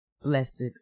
blessed